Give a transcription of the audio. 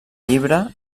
llibre